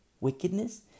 wickedness